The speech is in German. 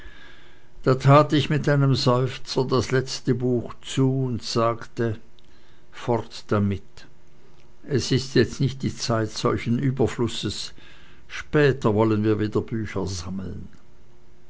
da tat ich mit einem seufzer das letzte buch zu und sagte fort damit es ist jetzt nicht die zeit solchen überflusses später wollen wir wieder büchersammeln